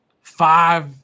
five